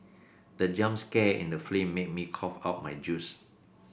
the jump scare in the film made me cough out my juice